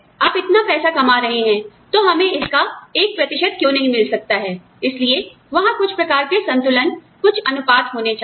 आप इतना पैसा कमा रहे हैं तो हमें इसका एक प्रतिशत क्यों नहीं मिल सकता है इसलिए वहाँ कुछ प्रकार के संतुलन कुछ अनुपात होने चाहिए